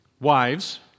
wives